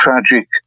tragic